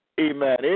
Amen